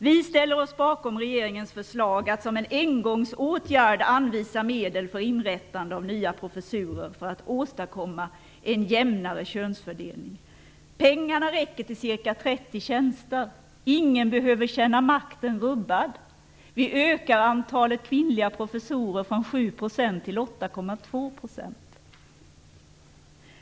Vi ställer oss bakom regeringens förslag att som en engångsåtgärd anvisa medel för inrättande av nya professurer för att åstadkomma en jämnare könsfördelning. Pengarna räcker till ca 30 tjänster. Ingen behöver känna makten rubbad. Vi ökar antalet kvinnliga professorer från 7 % till 8,2 %.